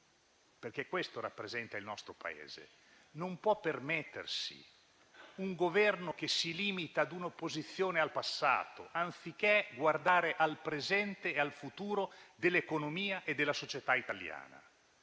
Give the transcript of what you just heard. (perché questo rappresenta il nostro Paese), non può permettersi un Governo che si limita ad un'opposizione al passato, anziché guardare al presente e al futuro dell'economia e della società italiana.